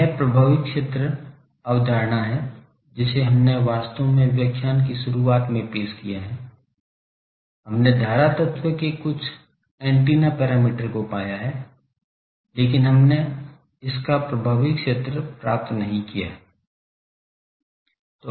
यह प्रभावी क्षेत्र अवधारणा है जिसे हमने वास्तव में व्याख्यान की शुरुआत में पेश किया है हमने धारा तत्व के कुछ एंटीना पैरामीटर को पाया है लेकिन हमनें इसका प्रभावी क्षेत्र प्राप्त नहीं किया है